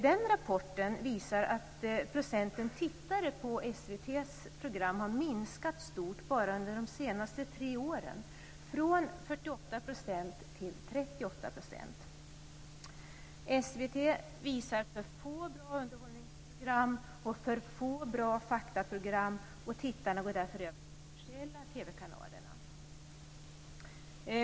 Den rapporten visar att andelen som tittar på SVT:s program har minskat stort bara under de senaste tre åren från 48 % till 38 %. SVT visar för få bra underhållningsprogram och för få bra faktaprogram, och tittarna går därför över till de kommersiella TV-kanalerna.